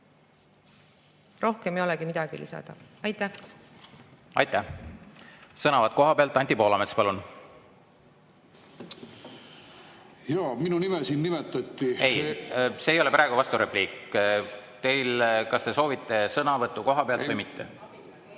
Rohkem ei olegi midagi lisada. Aitäh! Aitäh! Sõnavõtt kohapealt. Anti Poolamets, palun! Minu nime nimetati. Ei, see ei ole praegu vasturepliik. Kas te soovite sõnavõttu kohapealt või mitte?